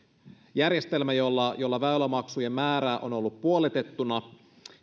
järjestelmä jolla jolla väylämaksujen määrä on ollut puolitettuna